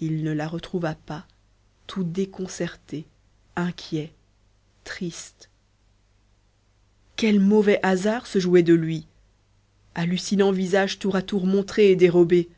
il ne la retrouva pas tout déconcerté inquiet triste quel mauvais hasard se jouait de lui hallucinant visage tour à tour montré et dérobé